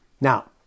Now